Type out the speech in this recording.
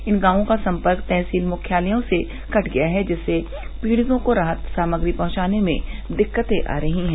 इन गांवों का सम्पर्क तहसील मुख्यालयों से कट गया है जिससे पीड़ितों को राहत सामग्री पहुंचाने में दिक्कते आ रही है